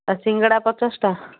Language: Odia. ଆଉ ସିଙ୍ଗେଡ଼ା ପଚାଶଟା